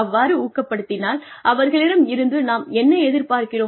அவ்வாறு ஊக்கப்படுத்தினால் அவர்களிடம் இருந்து நாம் என்ன எதிர்பார்க்கிறோம்